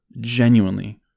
genuinely